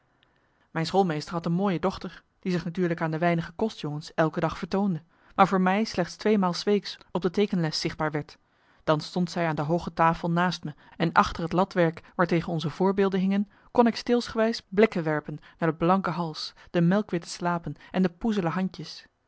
mijn schoolmeester had een mooie dochter die zich natuurlijk aan de weinige kostjongens elke dag vertoonde maar voor mij slechts tweemaal s weeks op de teekenles zichtbaar werd dan stond zij aan de hooge tafel naast me en achter het latwerk waartegen onze voorbeelden hingen kon ik steelsgewijs blikken werpen naar de blanke hals de melkwitte slapen en de poezele handjes